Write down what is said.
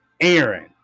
Aaron